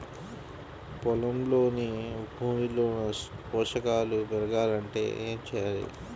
పొలంలోని భూమిలో పోషకాలు పెరగాలి అంటే ఏం చేయాలి?